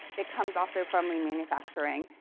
it comes also from lean manufacturing.